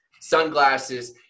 sunglasses